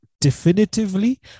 definitively